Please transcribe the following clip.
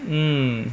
mm